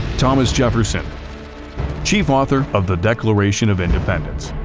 thomas jefferson chief author of the declaration of independence.